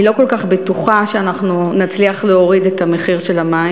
אני לא כל כך בטוחה שנצליח להוריד את המחיר של המים,